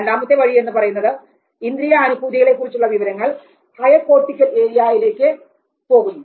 രണ്ടാമത്തെ വഴി എന്ന് പറയുന്നത് ഇന്ദ്രിയാനുഭൂതികളെ കുറിച്ചുള്ള വിവരങ്ങൾ ഹയർ കോർട്ടിക്കൽ ഏരിയയിലേക്ക് പോകുന്നു